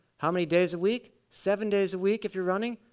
how many days a week? seven days a week if you're running,